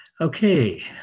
Okay